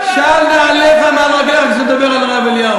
של נעליך מעל רגליך כשאתה מדבר על הרב אליהו.